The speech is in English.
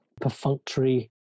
perfunctory